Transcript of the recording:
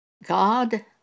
God